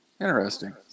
Interesting